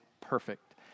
perfect